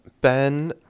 ben